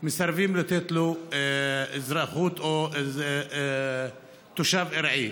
מסרבים לתת לו אזרחות או תושב ארעי.